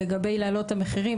לגבי העלאת המחירים,